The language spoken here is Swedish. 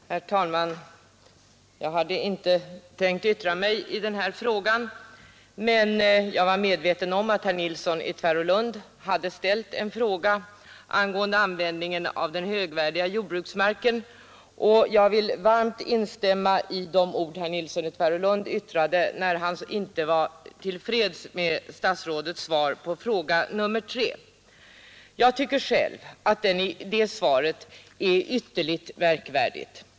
Herr talman! Jag hade inte tänkt yttra mig i den här frågan, men jag var medveten om att herr Nilsson i Tvärålund hade frågat angående användningen av högvärdig jordbruksmark, och jag vill nu varmt instämma i de ord herr Nilsson yttrade att han inte var till freds med statsrådets svar på fråga nr 3. Jag tycker själv att det svaret är ytterligt märkligt.